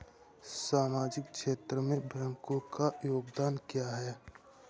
सामाजिक क्षेत्र में बैंकों का योगदान क्या है?